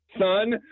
son